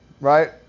right